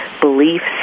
beliefs